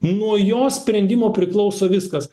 nuo jo sprendimo priklauso viskas